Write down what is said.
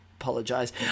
apologize